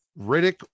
Riddick